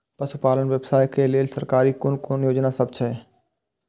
पशु पालन व्यवसाय के लेल सरकारी कुन कुन योजना सब छै?